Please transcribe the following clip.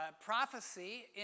prophecy